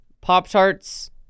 Pop-Tarts